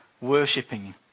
worshipping